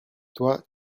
toi